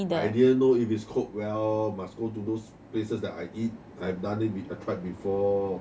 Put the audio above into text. I didn't know if it's cooked well must go to those places that I eat I done it I tried before